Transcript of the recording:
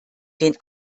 den